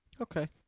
Okay